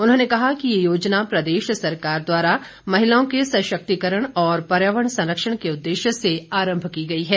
उन्होंने कहा कि ये योजना प्रदेश सरकार द्वारा महिलाओं के सशक्तिकरण और पर्यावरण संरक्षण के उद्देश्य से आरंभ की गई है